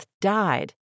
died